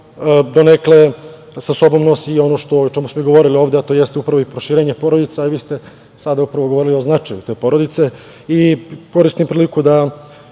donekle sa sobom nosi ono o čemu smo govorili ovde, a to jeste upravo proširenje porodice. Vi ste sada upravo govorili o značaju te porodice. Koristim